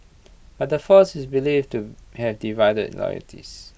but the force is believed to have divided loyalties